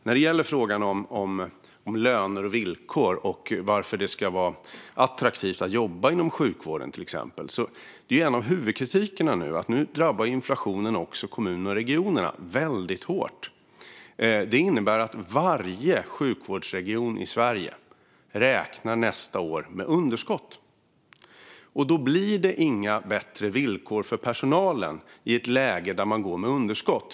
När det gäller frågan om löner och villkor och varför det ska vara attraktivt att jobba inom till exempel sjukvården är en huvudkritik att inflationen nu också drabbar kommunerna och regionerna väldigt hårt. Det innebär att varje sjukvårdsregion i Sverige räknar med underskott nästa år. Då blir det inga bättre villkor för personalen i ett läge när man går med underskott.